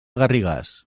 garrigàs